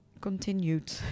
continued